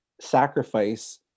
sacrifice